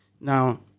now